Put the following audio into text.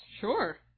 Sure